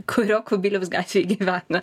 kurio kubiliaus gatvėj gyvena